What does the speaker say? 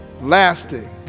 Lasting